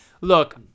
Look